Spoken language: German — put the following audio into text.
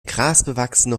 grasbewachsene